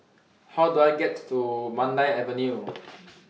How Do I get to Mandai Avenue